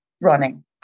running